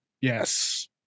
Yes